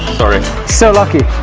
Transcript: so lucky!